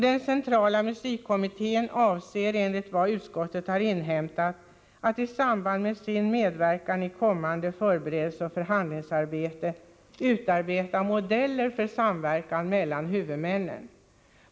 Den centrala musikkommittén avser enligt vad utskottet inhämtat att i samband med sin medverkan i kommande förberedelseoch förhandlingsarbete utarbeta modeller för samverkan mellan huvudmännen.